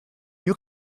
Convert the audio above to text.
you